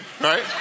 right